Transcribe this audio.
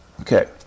Okay